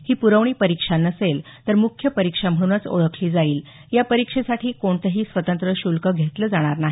ही प्रवणी परीक्षा नसेल तर मुख्य परीक्षा म्हणूनच ओळखली जाईल या परीक्षेसाठी कोणतंही स्वतंत्र शुल्क घेतलं जाणार नाही